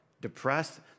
depressed